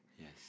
Yes